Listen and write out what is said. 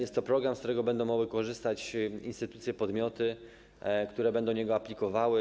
Jest to program, z którego będą mogły korzystać instytucje, podmioty, które będą do niego aplikowały.